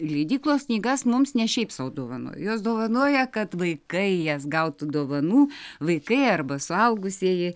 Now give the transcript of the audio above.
leidyklos knygas mums ne šiaip sau dovanoja jos dovanoja kad vaikai jas gautų dovanų vaikai arba suaugusieji